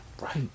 Right